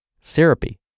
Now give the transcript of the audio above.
syrupy